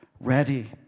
ready